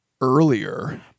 earlier